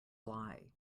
lie